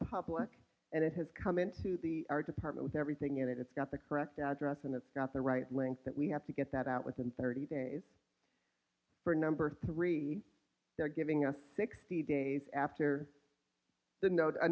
public and it has come into the art department with everything in it it's got the correct address and it's got the right links that we have to get that out within thirty days for a number three they're giving us sixty days after the note